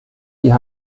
die